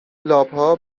لاپها